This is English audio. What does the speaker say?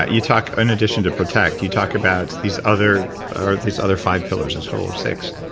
ah you talk, in addition to protect, you talk about these other these other five pillars a total of six.